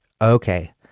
Okay